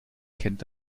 kennt